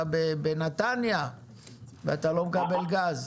אתה בנתניה ואתה לא מקבל גז.